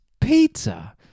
pizza